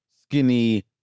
skinny